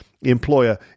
employer